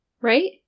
Right